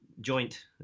joint